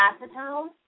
acetone